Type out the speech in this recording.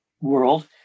world